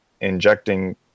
injecting